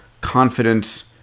confidence